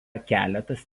keletas